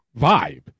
vibe